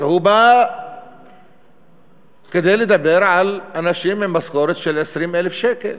אבל הוא בא כדי לדבר על אנשים עם משכורת של 20,000 שקל,